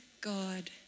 God